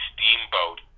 Steamboat